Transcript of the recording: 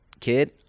kid